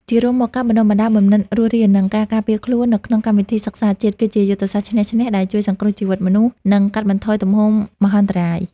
ជារួមមក ការបណ្ដុះបណ្ដាលបំណិនរស់រាន និងការការពារខ្លួននៅក្នុងកម្មវិធីសិក្សាជាតិ គឺជាយុទ្ធសាស្ត្រឈ្នះ-ឈ្នះ ដែលជួយសង្គ្រោះជីវិតមនុស្ស និងកាត់បន្ថយទំហំមហន្តរាយ។